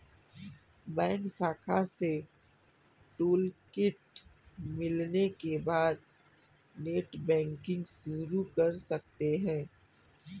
bank शाखा से toolkit मिलने के बाद नेटबैंकिंग शुरू कर सकते है